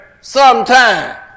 sometime